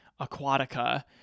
Aquatica